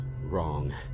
wrong